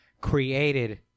created